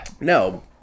no